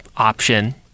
option